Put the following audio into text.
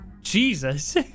Jesus